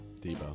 Debo